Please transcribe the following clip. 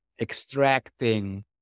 extracting